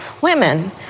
women